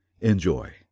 Enjoy